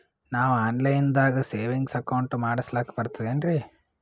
ನಾವು online ದಾಗ savings account ಮಾಡಸ್ಲಾಕ ಬರ್ತದೇನ್ರಿ?